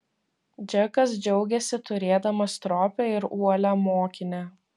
džekas džiaugėsi turėdamas stropią ir uolią mokinę